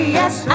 yes